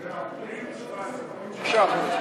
מאפריל 2017, עוד שישה חודשים.